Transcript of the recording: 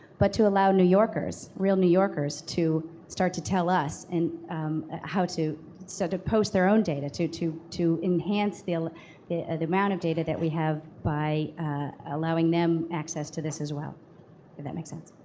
but to allow new yorkers, real new yorkers, to start to tell us and how to so to post their own data to to enhance the like the amount of data that we have by allowing them access to this as well. did that make sense?